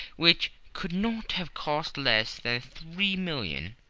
which could not have cost less than three millions.